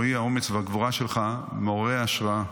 רועי, האומץ והגבורה שלך מעוררי השראה,